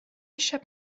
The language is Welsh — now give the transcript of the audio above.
eisiau